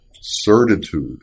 certitude